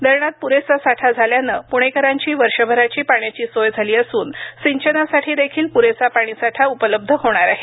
धरणात पुरेसा साठा झाल्याने पुणेकरांची वर्षभराची पाण्याची सोय झाली असून सिंचनासाठी देखील पुरेसा पाणीसाठा उपलब्ध होणार आहे